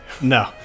No